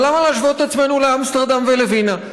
אבל למה להשוות את עצמנו לאמסטרדם ולווינה?